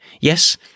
Yes